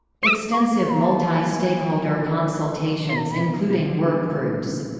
extensive multi-stakeholder consultations including work groups